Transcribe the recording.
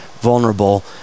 vulnerable